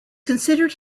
considered